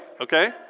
Okay